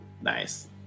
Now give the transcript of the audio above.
Nice